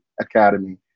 Academy